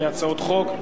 להצעות חוק.